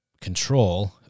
control